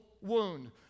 wound